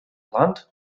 land